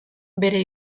bere